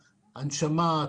הנשמה,